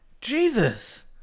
Jesus